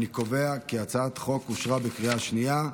אני קובע כי הצעת החוק אושרה בקריאה שנייה.